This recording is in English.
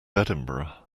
edinburgh